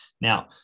Now